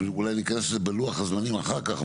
אולי ניכנס לזה בלוח הזמנים אחר כך,